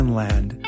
land